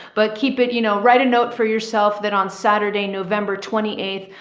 but keep it, you know, write a note for yourself. then on saturday, november twenty eighth,